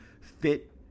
fit